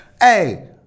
Hey